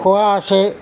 খোৱা আছে